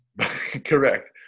Correct